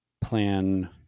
plan